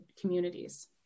communities